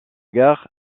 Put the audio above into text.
guerre